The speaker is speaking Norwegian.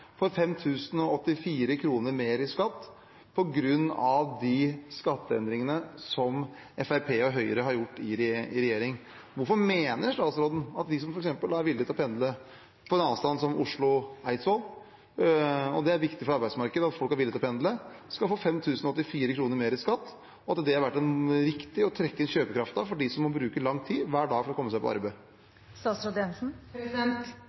mer i skatt på grunn av de skatteendringene som Fremskrittspartiet og Høyre har gjort i regjering. Hvorfor mener statsråden at de som f.eks. er villig til å pendle på strekningen Oslo–Eidsvoll – og det er viktig for arbeidsmarkedet at folk er villig til å pendle – skal få 5 084 kr mer i skatt, og at det har vært riktig å trekke inn kjøpekraften for dem som må bruke lang tid hver dag for å komme seg på arbeid?